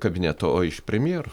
kabineto o iš premjero